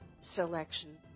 selection